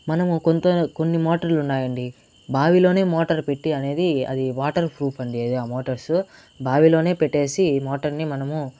మనం కొంత కొన్ని మోటర్లు ఉన్నాయండి బావిలోనే మోటర్ పెట్టి అనేది అది వాటర్ ప్రూఫ్ అండి ఆ మోటార్స్ బావిలోనే పెట్టేసి మోటర్ ని మనము